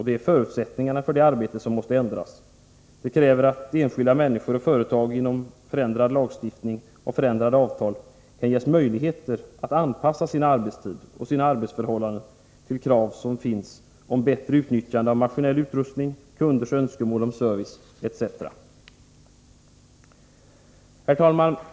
Det är förutsättningarna för detta arbete som måste ändras. Det kräver att enskilda människor och företag genom förändrad lagstiftning och förändrade avtal ges möjligheter att anpassa sin arbetstid och sina arbetsförhållanden till de krav som finns på bättre utnyttjande av maskinell utrustning, kunders önskemål om service, etc. Herr talman!